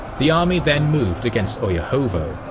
the army then moved against oryahovo.